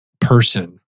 person